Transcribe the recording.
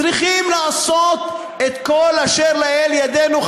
צריכים לעשות את כל אשר לאל ידינו,